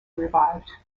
revived